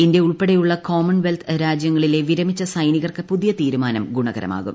India ഉൾപ്പെടെയുള്ള commonwealth രാജ്യങ്ങളിലെ വിരമിച്ച സൈനികർക്ക് പുതിയ തീരുമാനം ഗുണകരമാകും